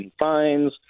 fines